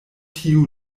tiu